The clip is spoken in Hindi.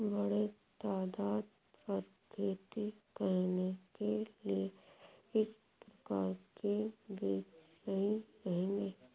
बड़े तादाद पर खेती करने के लिए किस प्रकार के बीज सही रहेंगे?